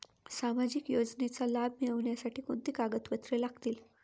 सामाजिक योजनेचा लाभ मिळण्यासाठी कोणती कागदपत्रे लागतील?